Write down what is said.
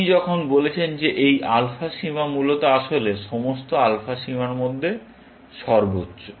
আপনি যখন বলেছেন যে এই আলফা সীমা মূলত আসলে সমস্ত আলফা সীমার মধ্যে সর্বোচ্চ